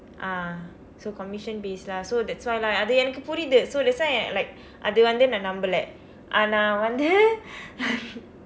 ah so commision based lah so that's why lah ah அது எனக்கு புரியுது:athu enakku puriyuthu so that's why like அது வந்து நான் நம்பவில்லை ஆனா வந்து:athu vandthu naan nampavillai aanaa vandthu